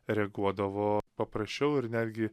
reaguodavo paprasčiau ir netgi